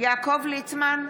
יעקב ליצמן,